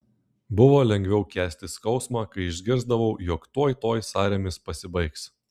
buvo lengviau kęsti skausmą kai išgirsdavau jog tuoj tuoj sąrėmis pasibaigs